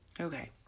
Okay